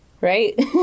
right